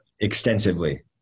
extensively